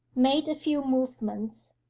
made a few movements,